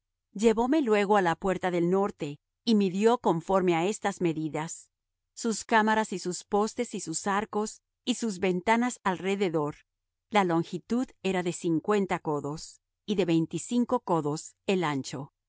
llevóme luego á la puerta del norte y midió conforme á estas medidas sus cámaras y sus postes y sus arcos y sus ventanas alrededor la longitud era de cincuenta codos y de veinticinco codos el ancho